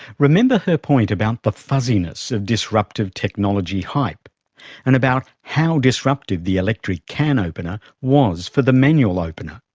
remember point about the fuzziness of disruptive technology hype and about how disruptive the electric can opener was for the manual opener.